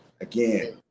again